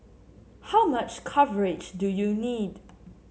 how much coverage do you need